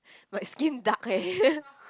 my skin dark eh